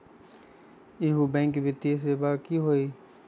इहु बैंक वित्तीय सेवा की होई?